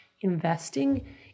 investing